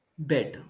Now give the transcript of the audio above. better